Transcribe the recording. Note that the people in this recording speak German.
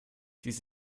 dies